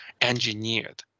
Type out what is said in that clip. engineered